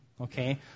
Okay